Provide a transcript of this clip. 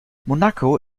monaco